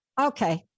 Okay